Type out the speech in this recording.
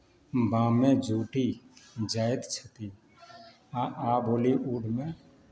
बा मे जुटि जाइत छथि आ आ बॉलीवुडमे